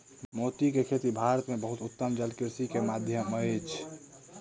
मोती के खेती भारत में बहुत उत्तम जलकृषि के माध्यम अछि